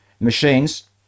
machines